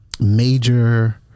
major